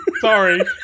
Sorry